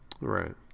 Right